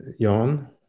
Jan